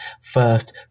First